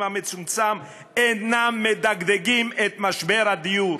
המצומצם אינם מדגדגים את משבר הדיור,